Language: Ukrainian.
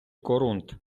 корунд